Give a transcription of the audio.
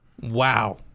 wow